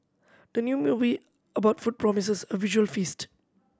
the new movie about food promises a visual feast